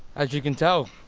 as you can tell.